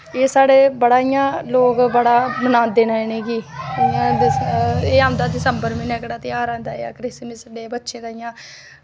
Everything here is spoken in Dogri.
एह् साढ़े बड़ा इ'यां लोग बड़ा बनांदे नै इनेंगी एह् औंदा दिसंबर महीनै एह्कड़ा ध्याहर आंदा ऐ क्रिसमिस डे बच्चे दा इ'यां